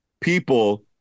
people